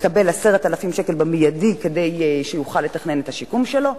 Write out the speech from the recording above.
יקבל 10,000 שקל במיידי כדי שיוכל לתכנן את השיקום שלו,